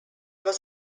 was